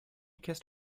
kissed